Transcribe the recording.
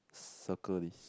circle this